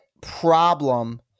problem